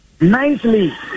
nicely